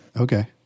Okay